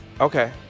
Okay